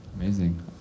Amazing